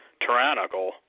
tyrannical